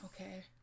Okay